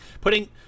putting